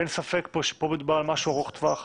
ואין ספק שפה מדובר על משהו ארוך טווח,